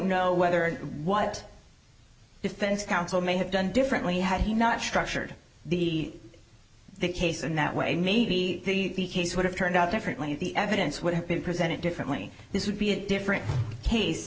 know whether and what defense counsel may have done differently had he not structured the the case in that way maybe the case would have turned out differently the evidence would have been presented differently this would be a different case